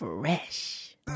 Fresh